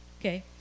okay